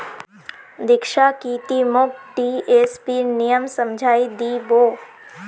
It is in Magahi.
दीक्षा की ती मोक एम.एस.पीर नियम समझइ दी बो